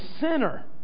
sinner